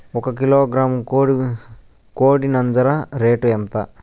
ఒక కిలోగ్రాము కోడి నంజర రేటు ఎంత?